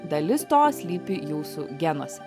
dalis to slypi jūsų genuose